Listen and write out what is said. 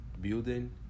building